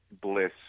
Bliss